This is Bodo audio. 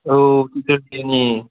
आव देपथैनि